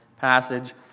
passage